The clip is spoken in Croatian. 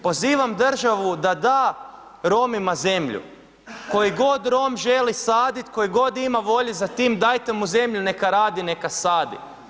Pozivam državu da da Romima zemlju, koji god Rom želi sadit, koji god ima volje za tim, dajte mu zemlju, neka radi, neka sadi.